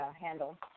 handle